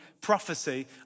prophecy